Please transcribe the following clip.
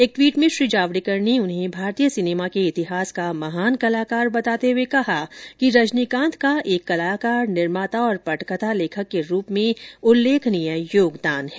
एक ट्वीट में श्री जावडेकर ने उन्हें भारतीय सिनेमा के इतिहास का महान कलाकार बताते हुए कहा कि रजनीकांत का एक कलाकार निर्माता और पटकथा लेखक के रूप में उल्लेखनीय योगदान है